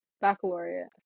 baccalaureate